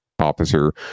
officer